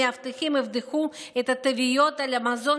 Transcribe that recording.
המאבטחים יבדקו את התוויות על המזון